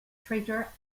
traitor